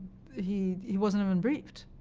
he he wasn't even briefed.